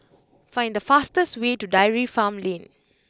find the fastest way to Dairy Farm Lane